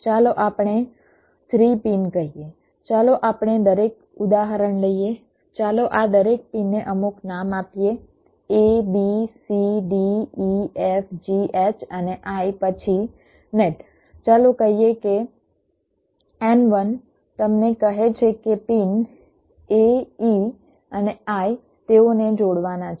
ચાલો આપણે 3 પિન કહીએ ચાલો આપણે દરેક ઉદાહરણ લઈએ ચાલો આ દરેક પિનને અમુક નામ આપીએ a b c d e f g h અને i પછી નેટ ચાલો કહીએ કે N1 તમને કહે છે કે પિન a e અને I તેઓને જોડવાના છે